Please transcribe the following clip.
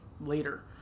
later